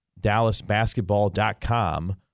DallasBasketball.com